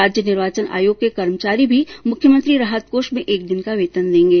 राज्य निर्वाचन आयोग के कर्मचारी भी मुख्यमंत्री राहत कोष में एक दिन का वेतन देंगे